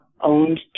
owned